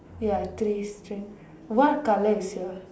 ya tree string what colour is yours